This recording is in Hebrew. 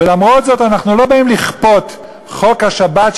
ולמרות זאת אנחנו לא באים לכפות חוק שבת,